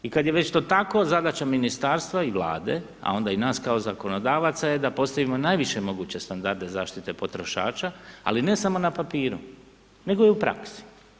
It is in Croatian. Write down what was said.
I kad je već to tako, zadaća ministarstva i vlade, a onda i nas kao zakonodavaca je da postavimo najviše moguće standarde zaštite potrošača, ali ne samo na papiru nego i u praksi.